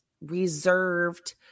reserved